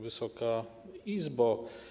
Wysoka Izbo!